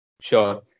Sure